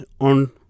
on